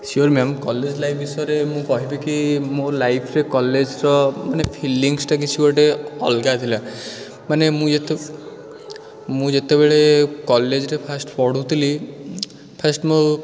sure ma'am college life ବିଷୟରେ ମୁଁ କହିବି କି ମୋ ଲାଇଫ୍ରେ କଲେଜ୍ର ମାନେ ଫିଲିଙ୍ଗ୍ସ୍ଟା କିଛି ଗୋଟେ ଅଲଗା ଥିଲା ମାନେ ମୁଁ ଯେତେ ମୁଁ ଯେତେବେଳେ କଲେଜ୍ରେ ଫାଷ୍ଟ୍ ପଢ଼ୁଥିଲି ଫାଷ୍ଟ୍ ମୋ